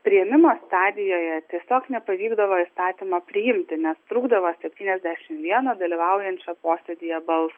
priėmimo stadijoje tiesiog nepavykdavo įstatymą priimti nes trūkdavo septyniasdešim vieno dalyvaujančio posėdyje balso